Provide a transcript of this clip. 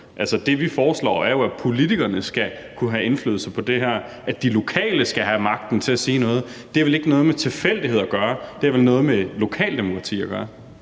Altså, det, vi foreslår, er jo, at politikerne skal kunne have indflydelse på det her; at de lokale skal have magten til at sige noget. Det har vel ikke noget med tilfældighed at gøre – det har vel noget med lokaldemokrati at gøre.